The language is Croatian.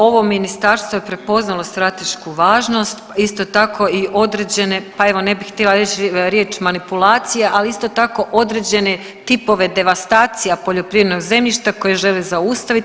Ovo ministarstvo je prepoznalo stratešku važnost, isto tako i određene pa evo ne bih htjela reći riječ manipulacije, ali isto tako određene tipove devastacija poljoprivrednog zemljišta koje žele zaustaviti.